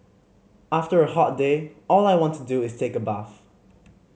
after a hot day all I want to do is take a bath